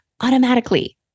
automatically